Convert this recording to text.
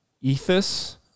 ethos